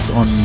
on